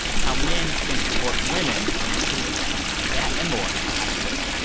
how men can support women in this movement that and more after the break